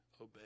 obey